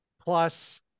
plus